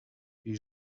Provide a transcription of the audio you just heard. die